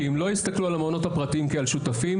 כי אם לא יסתכלו על המעונות הפרטיים כעל שותפים,